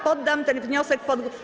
Poddam ten wniosek pod.